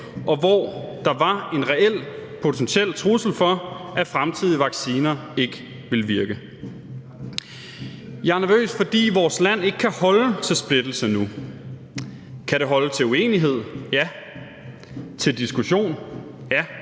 og hvor der var en reel potentiel risiko for, at fremtidige vacciner ikke ville virke. Jeg er nervøs, fordi vores land ikke kan holde til splittelse nu. Kan det holde til uenighed? Ja. Kan det holde til diskussion? Ja.